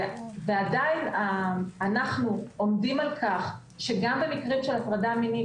ועדיין אנחנו עומדים על כך שגם במקרים של הטרדה מינית